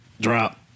Drop